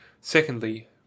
Secondly